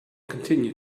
continue